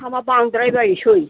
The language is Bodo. हा मा बांद्राय बायनोसै